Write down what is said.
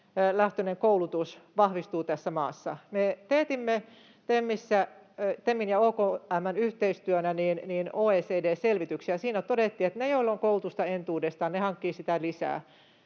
työelämälähtöinen koulutus vahvistuu tässä maassa. Me teetimme TEM:in ja OKM:n yhteistyönä OECD-selvityksen, ja siinä todettiin, että ne, joilla on koulutusta entuudestaan, hankkivat sitä lisää.